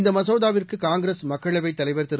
இந்த மசோதாவிற்கு காங்கிரஸ் மக்களவைத் தலைவர் திரு